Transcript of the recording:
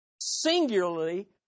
singularly